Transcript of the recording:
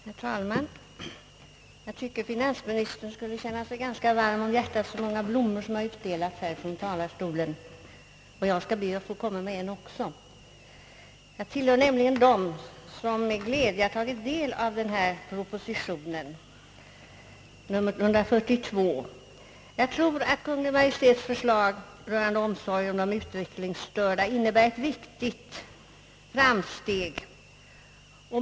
Herr talman! Jag tycker att statsrådet skall känna sig ganska varm om hjärtat, så många blommor som. har utdelats här från talarstolen. Jag skall be att få utdela ytterligare en. Jag tillhör nämligen de som med glädje har tagit del av denna proposition, nr 142. Jag tror att Kungl. Maj:ts förslag rörande omsorgen om de utvecklingsstörda innebär ett viktigt framsteg.